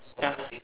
ya